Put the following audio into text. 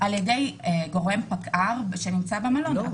על ידי גורם פקע"ר שנמצא במלון.